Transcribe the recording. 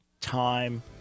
time